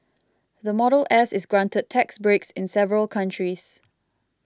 the Model S is granted tax breaks in several countries